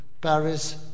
Paris